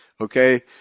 Okay